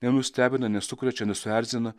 nenustebina nesukrečia nesuerzina